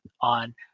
on